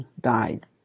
died